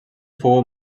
fou